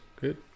Good